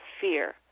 fear